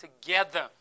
together